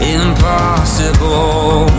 impossible